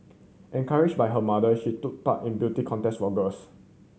encouraged by her mother she took part in beauty contest for girls